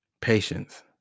patience